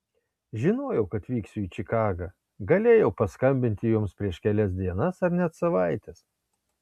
žinojau kad vyksiu į čikagą galėjau paskambinti joms prieš kelias dienas ar net savaites